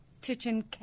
kitchen